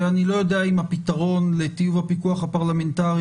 אני לא יודע אם הפתרון לטיוב הפיקוח הפרלמנטרי